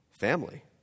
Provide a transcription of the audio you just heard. Family